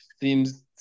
seems